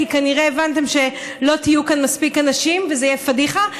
כי כנראה הבנתם שלא תהיו כאן מספיק אנשים וזאת תהיה פדיחה,